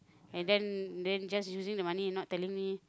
and then then just using the money and not telling me